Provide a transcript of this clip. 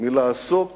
מלעסוק